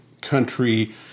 country